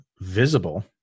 visible